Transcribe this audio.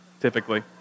typically